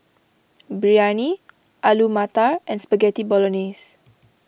Biryani Alu Matar and Spaghetti Bolognese